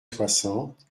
soixante